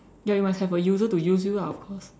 ya you must have a user to use you lah of course